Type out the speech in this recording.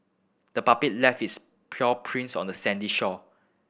the puppy left its paw prints on the sandy shore